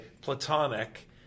platonic